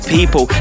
People